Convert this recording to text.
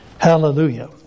Hallelujah